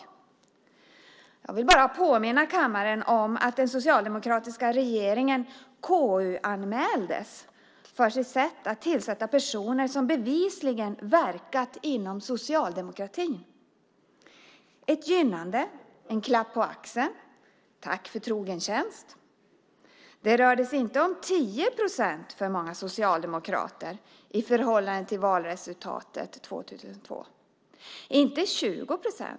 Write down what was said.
Jag vill bara påminna kammaren om att den socialdemokratiska regeringen KU-anmäldes för sitt sätt att tillsätta personer som bevisligen verkat inom socialdemokratin. Ett gynnande, en klapp på axeln - tack för trogen tjänst! Det rörde sig inte om 10 procent för många socialdemokrater i förhållande till valresultatet 2002, inte heller om 20 procent.